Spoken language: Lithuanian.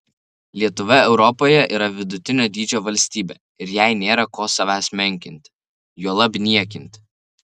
lietuva europoje yra vidutinio dydžio valstybė ir jai nėra ko savęs menkinti juolab niekinti